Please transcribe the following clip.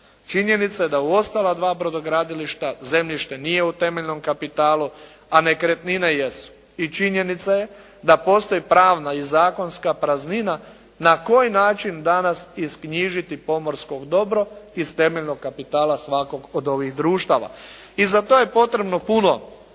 Činjenica je da u ostala dva brodogradilišta zemljište nije u temeljnom kapitalu, a nekretnine jesu. I činjenica je da postoji pravna i zakonska praznina na koji način danas isknjižiti pomorsko dobro iz temeljnog kapitala svakog od ovih društava. I za to je potrebno puno